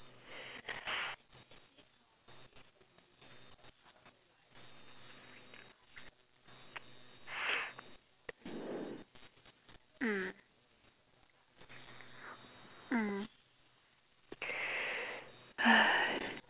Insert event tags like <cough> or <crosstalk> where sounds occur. mm mm <noise>